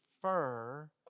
prefer